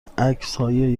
عکسهای